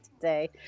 today